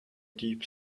deep